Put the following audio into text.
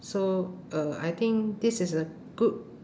so uh I think this is a good